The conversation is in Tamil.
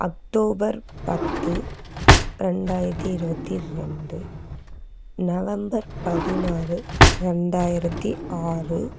அக்டோபர் பத்து ரெண்டாயிரத்தி இருபத்தி ரெண்டு நவம்பர் பதினாறு ரெண்டாயிரத்தி ஆறு